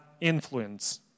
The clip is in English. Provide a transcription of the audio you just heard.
influence